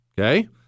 Okay